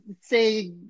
say